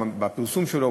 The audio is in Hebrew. בפרסום שלה,